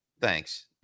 Thanks